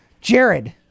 Jared